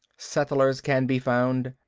settlers can be found.